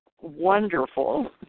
wonderful